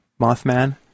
Mothman